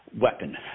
weapon